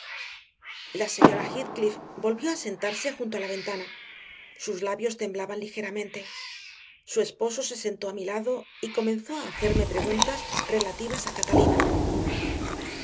la señora heathcliff volvió a sentarse junto a la ventana sus labios temblaban ligeramente su esposo se sentó a mi lado y comenzó a hacerme preguntas relativas a catalina